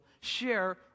share